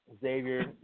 Xavier